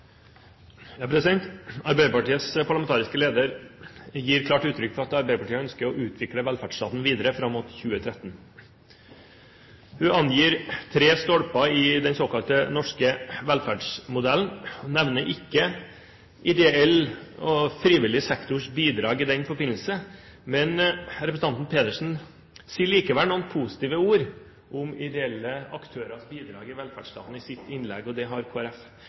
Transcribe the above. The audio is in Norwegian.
Ja vel. Arbeiderpartiets parlamentariske leder gir klart uttrykk for at Arbeiderpartiet ønsker å utvikle velferdsstaten videre fram mot 2013. Hun angir tre stolper i den såkalte norske velferdsmodellen. Hun nevner ikke ideell og frivillig sektors bidrag i den forbindelse, men representanten Pedersen sier likevel noen positive ord om ideelle aktørers bidrag i velferdsstaten i sitt innlegg. Det har